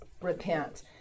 repent